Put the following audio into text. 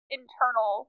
internal